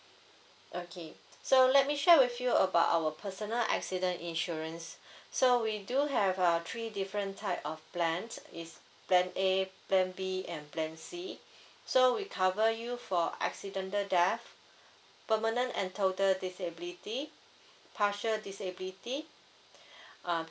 okay so let me share with you about our personal accident insurance so we do have uh three different type of plans is plan A plan B and plan C so we cover you for accidental death permanent and total disability partial disability uh